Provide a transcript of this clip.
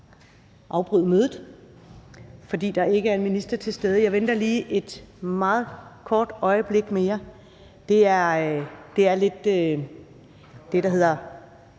afbryde mødet, fordi der ikke er en minister til stede. Jeg venter lige et meget kort øjeblik mere. Det er det, man kalder